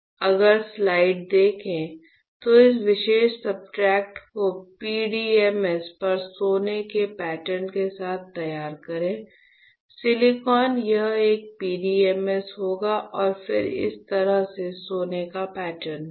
अगर स्लाइड देखें तो इस विशेष सब्सट्रेट को PDMS पर सोने के पैटर्न के साथ तैयार करें सिलिकॉन यह एक PDMS होगा और फिर इस तरह से सोने का पैटर्न होगा